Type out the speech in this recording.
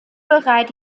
bereit